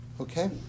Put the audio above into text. Okay